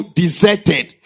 deserted